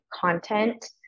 content